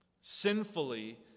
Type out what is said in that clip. sinfully